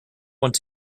want